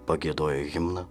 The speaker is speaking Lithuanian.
pagiedojo himną